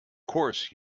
course